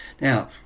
Now